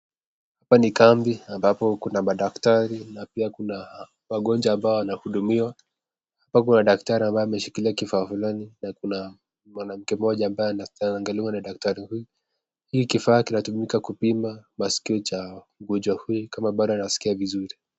Hapa ni kambi ambapo kuna madktari na pia kuna wagonjwa ambao wanahudumiwa, hapa kuna daktari ambaye ameshikilia kifaa fulani, na kuna mwanamke moja ambaye anaangaliwa na daktari huyu, hii kifaa kinatumika kupima maskio cha mgonjwa huyu kama bado anaskia vizuri